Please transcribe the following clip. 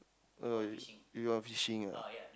oh you you all fishing ah